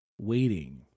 waiting